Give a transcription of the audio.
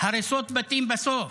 הריסות בתים בסוף,